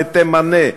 ותמנה,